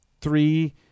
Three